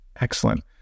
Excellent